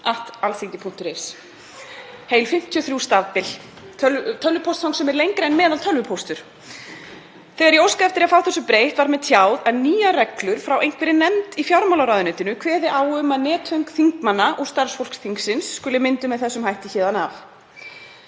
heil 53 stafbil, tölvupóstfang sem er lengra en meðaltölvupóstur. Þegar ég óskaði eftir að fá þessu breytt var mér tjáð að nýjar reglur frá einhverri nefnd í fjármálaráðuneytinu kveði á um að netföng þingmanna og starfsfólks þingsins skuli mynduð með þessum hætti héðan af.